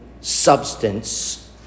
substance